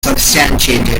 substantiated